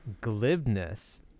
glibness